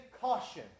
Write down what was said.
caution